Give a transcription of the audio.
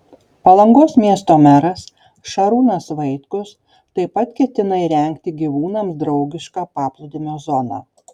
palangos miesto meras šarūnas vaitkus taip pat ketina įrengti gyvūnams draugišką paplūdimio zoną